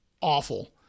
awful